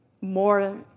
more